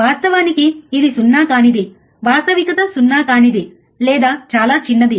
వాస్తవానికి ఇది సున్నా కానిది వాస్తవికత సున్నా కానిది లేదా చాలా చిన్నది